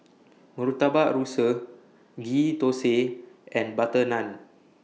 Murtabak Rusa Ghee Thosai and Butter Naan